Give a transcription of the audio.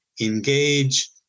engage